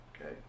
Okay